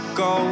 go